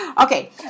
Okay